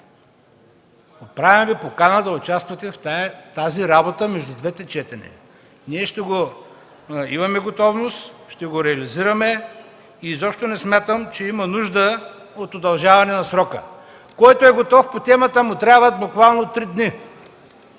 – правя Ви покана да участвате в тази работа между двете четения. Ние имаме готовност, ще го реализираме и изобщо не смятам, че има нужда от удължаване на срока. Който е готов по темата, му трябват буквално три дни.